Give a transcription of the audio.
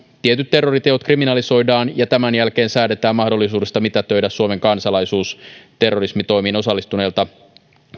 tietyt terroriteot kriminalisoidaan ja tämän jälkeen säädetään mahdollisuudesta mitätöidä suomen kansalaisuus terrorismitoimiin osallistuneilta